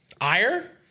Ire